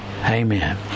Amen